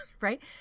right